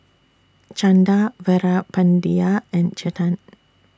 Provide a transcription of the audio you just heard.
Chanda Veerapandiya and Chetan